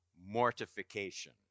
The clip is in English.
mortification